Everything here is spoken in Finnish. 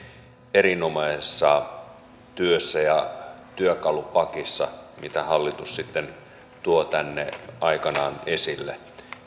erinomaisessa työssä ja työkalupakissa mitä hallitus sitten tuo tänne aikanaan esille